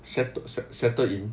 settle settled in